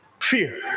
Fear